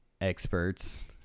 experts